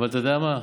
אבל אתה יודע מה?